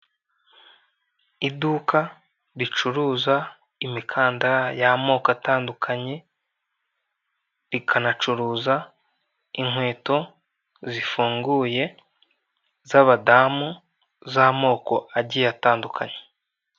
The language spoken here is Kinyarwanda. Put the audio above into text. Iduka ricuruza imikandara y'amoko atandukanye, rikanacuruza inkweto zifunguye z'abadamu z'amaoko agiye atandukanye.